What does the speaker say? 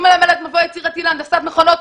אני מלמדת מבוא יצירתי להנדסת מכונות.